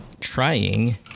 Trying